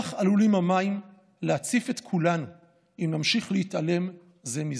כך עלולים המים להציף את כולנו אם נמשיך להתעלם זה מזה.